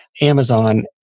Amazon